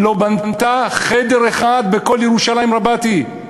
לא בנתה חדר אחד בכל ירושלים רבתי.